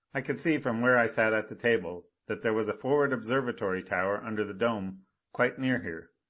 i could see from where i sat at the table that there was a forward observatory tower under the dome quite near here.